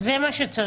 זה מה שצריך.